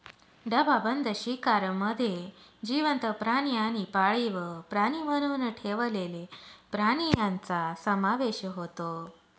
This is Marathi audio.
डबाबंद शिकारमध्ये जिवंत प्राणी आणि पाळीव प्राणी म्हणून ठेवलेले प्राणी यांचा समावेश होतो